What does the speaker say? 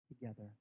together